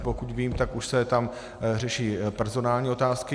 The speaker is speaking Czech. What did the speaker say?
Pokud vím, tak už se tam řeší personální otázky.